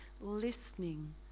listening